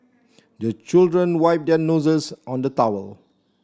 the children wipe their noses on the towel